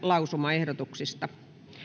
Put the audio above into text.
lausumaehdotusta